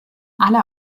alle